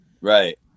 Right